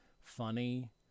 funny